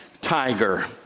tiger